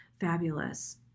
fabulous